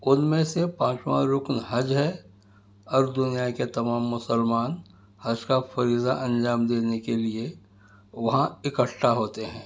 ان میں سے پانچواں رکن حج ہے اور دنیا کے تمام مسلمان حج کا فریضہ انجام دینے کے لئے وہاں اکٹھا ہوتے ہیں